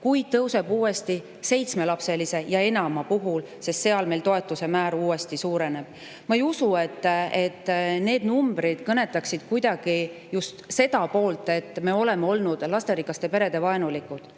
kuid tõuseb uuesti seitsme ja enama [lapse] puhul, sest seal toetuse määr uuesti suureneb. Ma ei usu, et need numbrid kinnitaksid kuidagi just seda poolt, et me oleme olnud lasterikaste perede või